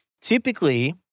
Typically